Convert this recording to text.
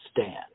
stand